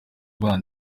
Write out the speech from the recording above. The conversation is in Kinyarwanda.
bandi